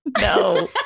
no